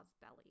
belly